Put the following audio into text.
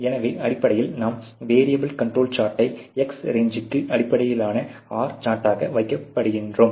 எனவே அடிப்படையில் நாம் வேரீயபில் கண்ட்ரோல் சார்ட்டை X ரேஞ்சு அடிப்படையிலான R சார்ட்டாக வகைப்படுத்துகிறோம்